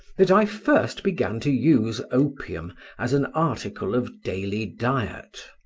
that i first began to use opium as an article of daily diet.